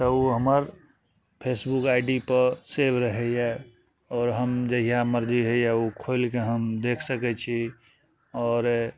तऽ उ हमर फेसबुक आइ डी पर सेव रहइए ओ हम जहिया मर्जी होइया उ खोलि कऽ हम देख सकय छी आओर